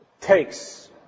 takes